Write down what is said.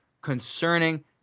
concerning